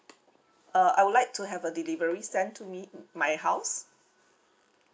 uh I would like to have a delivery sent to me mm my house